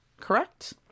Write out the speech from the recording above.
correct